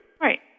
Right